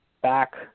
back